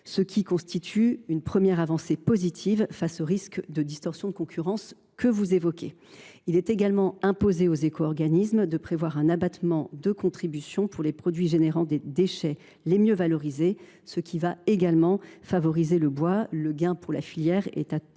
ce qui constitue une première avancée face au risque de distorsion de concurrence que vous évoquez. Il est également imposé aux éco organismes de prévoir un abattement de contribution pour les produits générant des déchets parmi les mieux valorisés, ce qui va également favoriser le bois. Le gain pour la filière est